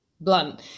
blunt